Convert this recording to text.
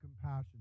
compassion